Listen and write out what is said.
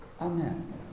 Amen